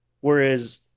Whereas